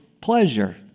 pleasure